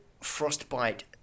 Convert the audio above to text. frostbite